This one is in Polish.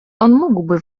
mógłby